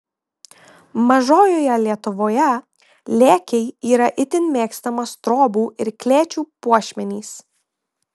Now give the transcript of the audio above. mažojoje lietuvoje lėkiai yra itin mėgstamas trobų ir klėčių puošmenys